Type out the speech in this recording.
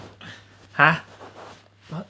ha uh